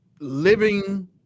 living